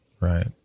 right